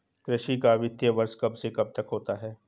कृषि का वित्तीय वर्ष कब से कब तक होता है?